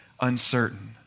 uncertain